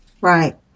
Right